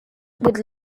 with